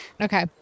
Okay